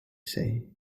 say